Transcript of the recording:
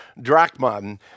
drachma